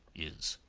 is